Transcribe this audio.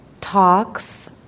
Talks